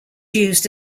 used